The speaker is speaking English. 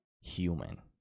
human